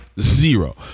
zero